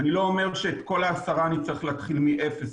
ואני לא אומר שאת כל העשרה אני צריך להתחיל מאפס,